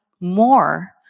more